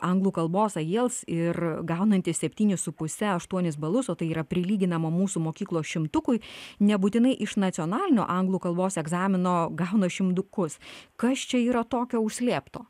anglų kalbos ajiels ir gaunantys septynis su puse aštuonis balus o tai yra prilyginama mūsų mokyklos šimtukui nebūtinai iš nacionalinio anglų kalbos egzamino gauna šimtukus kas čia yra tokio užslėpto